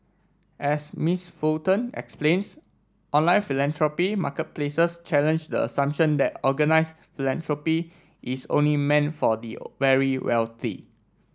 as Miss Fulton explains online philanthropy marketplaces challenge the assumption that organise philanthropy is only meant for the very wealthy